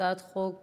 הצעת חוק